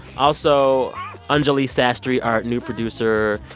also anjuli sastry, our new producer,